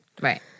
right